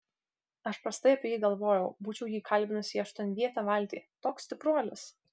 aš prastai apie jį galvojau būčiau jį kalbinusi į aštuonvietę valtį toks stipruolis